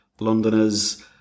Londoners